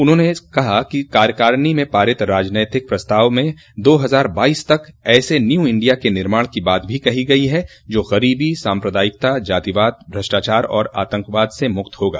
उन्होंने कहा कि कार्यकारिणो में पारित राजनीतिक प्रस्ताव में दो हजार बाइस तक ऐसे न्यू इंडिया के निर्माण की बात भी कही गयी है जो गरीबी सांप्रदायिकता जातिवाद भ्रष्टाचार और आतंकवाद से मुक्त होगा